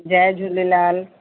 Jay Jhulelal